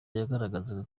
yagaragazaga